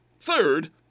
Third